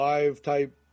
Live-type